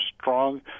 strong